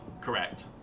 Correct